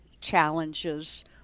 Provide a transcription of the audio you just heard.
challenges